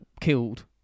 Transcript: killed